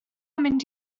mynd